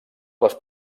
les